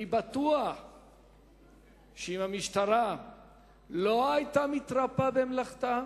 אני בטוח שאם המשטרה לא היתה מתרפה במלאכתה,